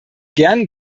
gern